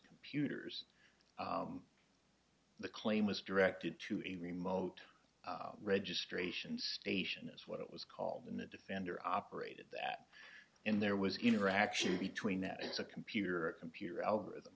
computers the claim was directed to a remote registration station as what it was called in the defender operated that in there was interaction between that it's a computer a computer algorithm